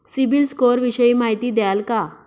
CIBIL score विषयी माहिती द्याल का?